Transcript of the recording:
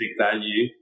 value